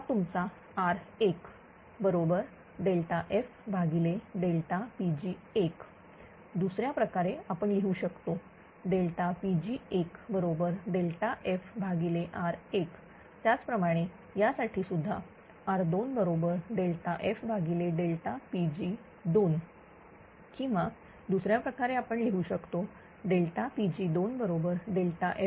हा तुमचा R1 बरोबर F भागिले Pg1 दुसऱ्या प्रकारे आपण लिहू शकतो Pg1बरोबर FR1 त्याचप्रमाणे या साठी सुद्धा R2 बरोबर FPg2 किंवा दुसऱ्या प्रकारे आपण लिहू शकतो Pg2 बरोबर FR2